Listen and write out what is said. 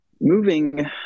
moving